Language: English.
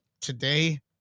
today